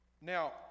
now